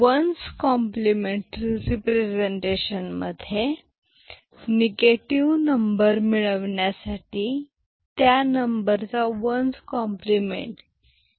once complementary representation मध्ये negative number मिळविण्यासाठी त्या नंबरचा वन्स कॉ 127 ते 127 असे साईं मॅग्नेट्युड रिप्रेझेंटेशन करता येते